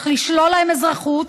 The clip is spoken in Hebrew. צריך לשלול להם אזרחות.